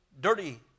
dirty